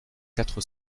quatre